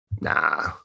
nah